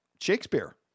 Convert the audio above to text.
Shakespeare